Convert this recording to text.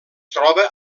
troba